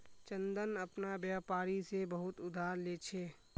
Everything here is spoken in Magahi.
चंदन अपना व्यापारी से बहुत उधार ले छे